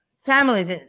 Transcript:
families